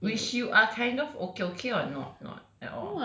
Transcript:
which you are kind of okay okay or not not at all